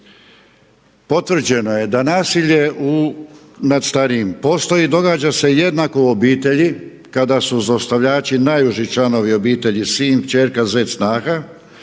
potvrđeno je da nasilje nad starijim postoji i događa se jednako u obitelji kada su zlostavljači najuži članovi obitelji sin, kćerka, zet, snaha